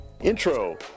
intro